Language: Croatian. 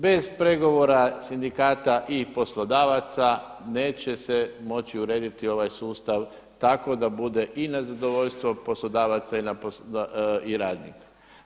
Bez pregovora sindikata i poslodavaca neće se moći urediti ovaj sustav tako da bude i na zadovoljstvo poslodavaca i radnika.